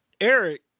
Eric